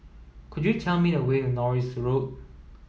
could you tell me the way to Norris Road